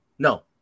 No